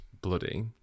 bloody